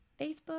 Facebook